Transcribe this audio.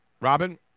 Robin